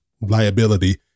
liability